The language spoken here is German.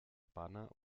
banner